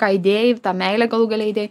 ką įdėjai tą meilę galų gale įdėjai